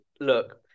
Look